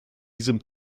diesem